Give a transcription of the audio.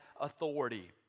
authority